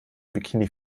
bikini